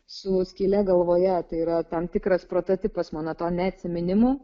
su skyle galvoje tai yra tam tikras prototipas mano tų neatsiminimų